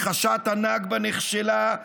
הכחשת הנכבה נכשלה,